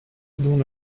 dont